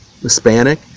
Hispanic